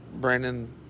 Brandon